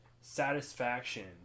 satisfaction